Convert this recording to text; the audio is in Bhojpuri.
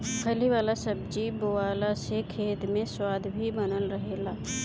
फली वाला सब्जी बोअला से खेत में खाद भी बनल रहेला